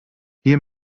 hier